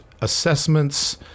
assessments